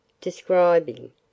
describing